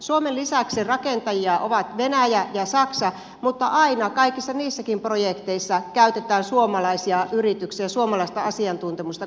suomen lisäksi rakentajia ovat venäjä ja saksa mutta aina kaikissa niissäkin projekteissa käytetään suomalaisia yrityksiä suomalaista asiantuntemusta konsultoinnissa